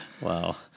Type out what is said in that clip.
Wow